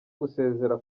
gusezera